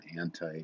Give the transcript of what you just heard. anti